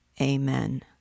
Amen